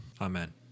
Amen